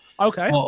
Okay